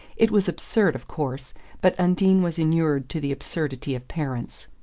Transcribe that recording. it was absurd, of course but undine was inured to the absurdity of parents.